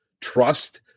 trust